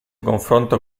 confronto